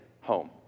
home